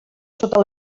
sota